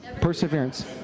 Perseverance